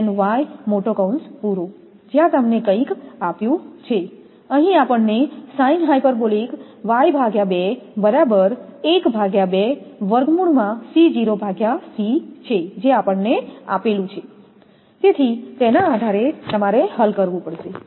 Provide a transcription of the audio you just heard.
બરાબર જ્યાં તમને કંઈક આપ્યું છે તેથી તેના આધારે તમારે હલ કરવું પડશે